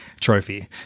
trophy